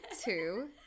two